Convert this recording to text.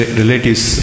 relatives